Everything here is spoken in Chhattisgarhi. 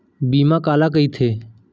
बीमा काला कइथे?